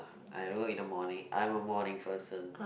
I work in the morning I'm a morning person